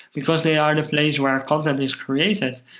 because they are the place where content is created,